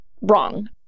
wrong